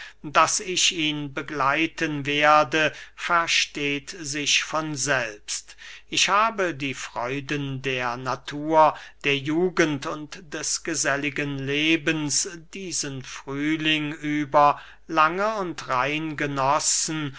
daß ich ihn begleiten werde versteht sich von selbst ich habe die freuden der natur der jugend und des geselligen lebens diesen frühling über lange und